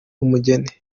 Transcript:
umugeri